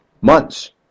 months